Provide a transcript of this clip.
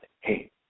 hey